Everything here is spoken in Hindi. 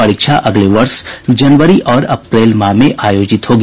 परीक्षा अगले वर्ष जनवरी और अप्रैल माह में आयोजित होगी